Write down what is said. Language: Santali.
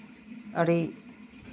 ᱟᱹᱰᱤ